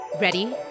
Ready